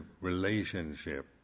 relationship